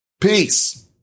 Peace